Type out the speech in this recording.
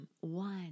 one